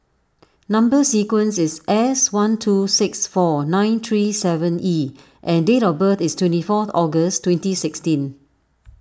Number Sequence is S one two six four nine three seven E and date of birth is twenty fourth August twenty sixteen